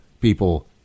people